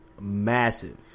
massive